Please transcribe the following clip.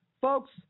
Folks